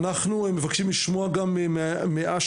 אנחנו מבקשים לשמוע גם מאשקלון.